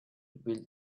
build